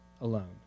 alone